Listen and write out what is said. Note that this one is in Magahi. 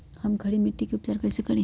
हम खड़ी मिट्टी के उपचार कईसे करी?